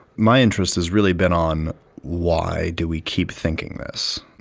my interest has really been on why do we keep thinking this.